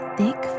thick